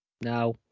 Now